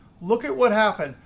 look at what happened.